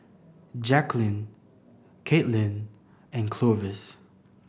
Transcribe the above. Jacquelynn Kaitlyn and Clovis